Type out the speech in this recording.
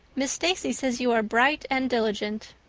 miss stacy says you are bright and diligent.